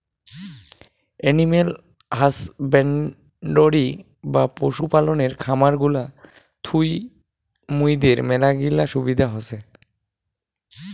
animal husbandry বা পশু পালনের খামার গুলা থুই মুইদের মেলাগিলা সুবিধা হসে